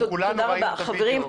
כולנו ראינו את הווידאו.